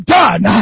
done